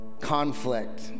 conflict